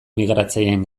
migratzaileen